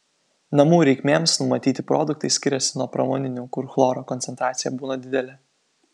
namų reikmėms numatyti produktai skiriasi nuo pramoninių kur chloro koncentracija būna didelė